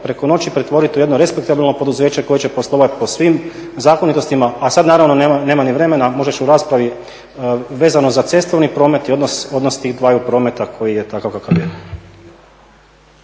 preko noći pretvorit u jedno respektabilno poduzeće koje će poslovat po svim zakonitostima. A sad naravno nema ni vremena, možda ću u raspravi vezano za cestovni promet i odnos tih dvaju prometa koji je takav kakav je.